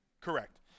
Correct